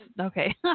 okay